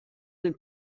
den